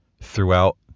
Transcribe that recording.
Throughout